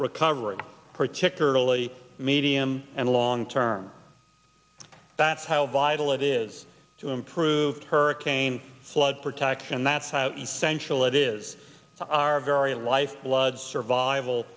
recovery particularly medium and long term that's how vital it is to improve hurricane flood protection and that's essential it is our very lifeblood survival